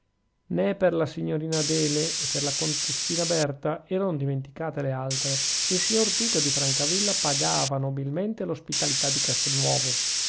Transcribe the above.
nè per la signorina adele e per la contessina berta erano dimenticate le altre il signor duca di francavilla pagava nobilmente l'ospitalità di castelnuovo